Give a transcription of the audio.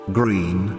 green